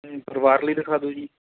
ਨਹੀਂ ਪਰਿਵਾਰ ਲਈ ਦਿਖਾ ਦਿਓ ਜੀ